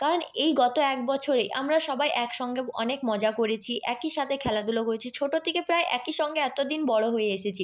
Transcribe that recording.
কারণ এই গত এক বছরে আমরা সবাই একসঙ্গে অনেক মজা করেছি একই সাতে খেলাধুলো করেছি ছোটো থেকে প্রায় একই সঙ্গে এতো দিন বড়ো হয়ে এসেছি